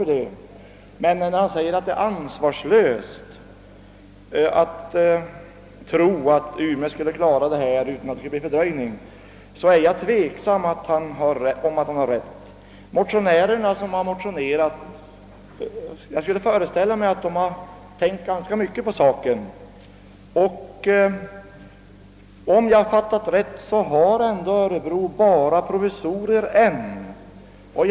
Men när herr Edenman säger att det är ansvarslöst att tro att Umeå skulle kunna klara denna uppgift utan en fördröjning, är jag tveksam om huruvida han har rätt. Jag skulle föreställa mig att motionärerna tänkt ganska mycket på saken. Om jag fattat det hela riktigt är det ännu bara provisorier som Örebro kan komma med.